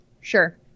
Sure